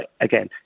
again